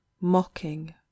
mocking